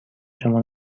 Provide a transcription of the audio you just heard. شما